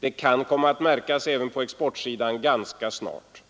Det kan komma att märkas även på vår export ganska snart.